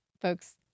folks